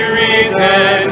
reason